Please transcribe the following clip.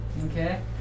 Okay